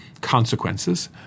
consequences